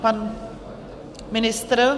Pan ministr?